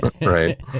right